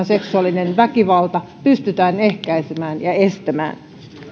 seksuaalinen väkivalta pystytään ehkäisemään ja estämään